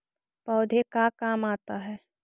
पौधे का काम आता है?